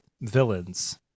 villains